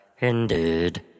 indeed